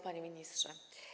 Panie Ministrze!